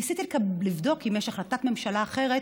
ניסיתי לבדוק אם יש החלטת ממשלה אחרת